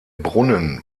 brunnen